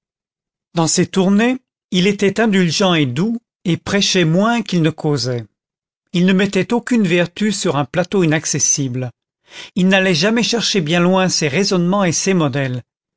dans ses tournées il était indulgent et doux et prêchait moins qu'il ne causait il ne mettait aucune vertu sur un plateau inaccessible il n'allait jamais chercher bien loin ses raisonnements et ses modèles